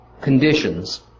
conditions